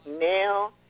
now